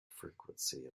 frequency